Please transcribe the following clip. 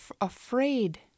afraid